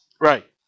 Right